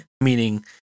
meaning